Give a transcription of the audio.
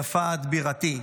/ יפה את בירתי.